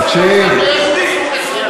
תקשיב, נתונים בשטח.